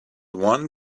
one